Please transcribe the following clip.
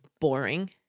boring